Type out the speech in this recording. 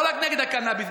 לא רק נגד הקנאביס,